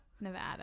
nevada